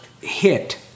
hit